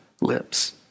lips